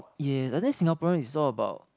yes I think Singaporean is all about